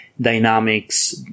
dynamics